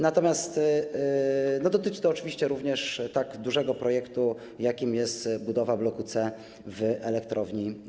Natomiast dotyczy to oczywiście również tak dużego projektu, jakim jest budowa bloku C w Elektrowni Ostrołęka.